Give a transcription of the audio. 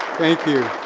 thank you.